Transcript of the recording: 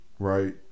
Right